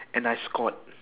and I scored